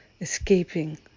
escaping